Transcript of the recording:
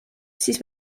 siis